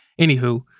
Anywho